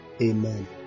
Amen